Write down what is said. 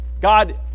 God